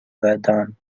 verdun